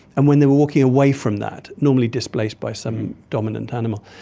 and when they were walking away from that, normally displaced by some dominant animal.